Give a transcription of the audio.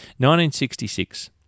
1966